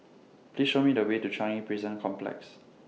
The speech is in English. Please Show Me The Way to Changi Prison Complex